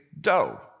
dough